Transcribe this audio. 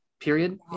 period